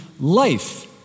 life